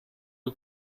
you